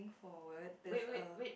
forward there's a